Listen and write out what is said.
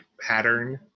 pattern